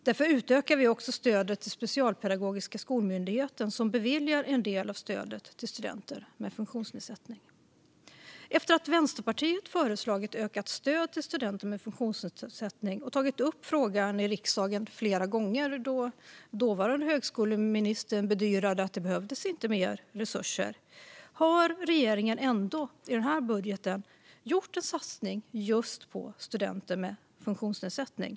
Därför utökar vi stödet till Specialpedagogiska skolmyndigheten, som beviljar en del av stödet till studenter med funktionsnedsättning. Efter att Vänsterpartiet föreslagit ökat stöd till studenter med funktionsnedsättning och flera gånger tagit upp frågan i riksdagen, där den dåvarande högskoleministern bedyrade att mer resurser inte behövdes, har regeringen ändå i denna budget gjort en satsning på just studenter med funktionsnedsättning.